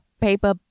paper